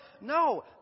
No